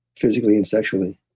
physically and sexually,